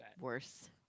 worse